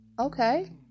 Okay